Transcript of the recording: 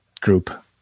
group